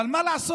אבל מה לעשות